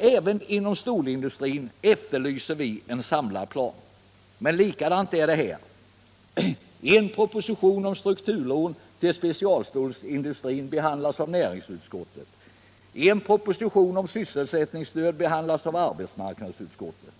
Även inom stålindustrin efterlyser vi en samlad plan. Men likadant är det där. En proposition om strukturlån till specialstålsindustrin behandlas i näringsutskottet, en proposition om sysselsättningsstöd behandlas i arbetsmarknadsutskottet,